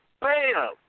Bam